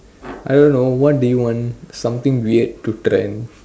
I don't know what do you want something weird to trend